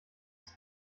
ist